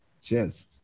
Cheers